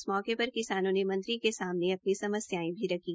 इस मौके पर किसानों ने मंत्री के सामने अपनी समस्यायें भी रखी